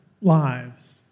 lives